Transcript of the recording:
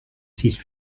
sis